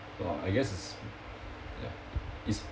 !wah! I guess it's ya it's